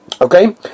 Okay